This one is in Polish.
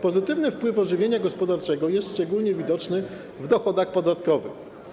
Pozytywny wpływ ożywienia gospodarczego jest szczególnie widoczny w dochodach podatkowych.